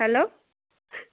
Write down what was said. hello